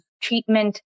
treatment